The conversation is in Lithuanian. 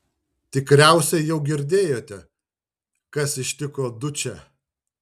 tikriausiai jau girdėjote kas ištiko dučę